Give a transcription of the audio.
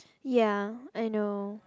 ya I know